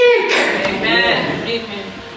Amen